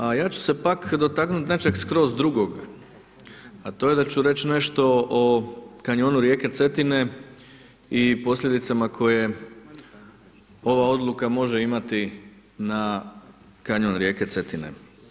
A ja ću se pak dotaknuti nečeg skroz drugog, a to je da ću reći nešto o kanjonu rijeke Cetine i posljedicama koje ova odluka može imati na kanjon rijeke Cetine.